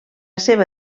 seva